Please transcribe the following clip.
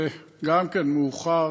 וגם כן מאוחר.